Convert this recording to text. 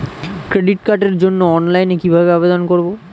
Credit কার্ডের জন্য অনলাইনে কিভাবে আবেদন করব?